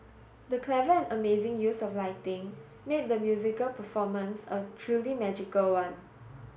the clever and amazing use of lighting made the musical performance a truly magical one